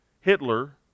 Hitler